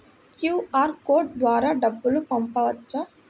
QR code ద్వారా డబ్బులు పంపవచ్చా?